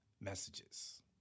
messages